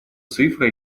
цифры